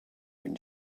when